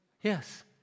Yes